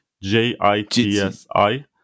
J-I-T-S-I